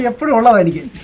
yeah formality